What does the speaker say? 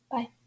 Bye